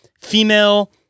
female